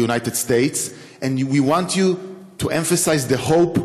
ואנחנו רוצים יותר מסמלים בביקור שלך: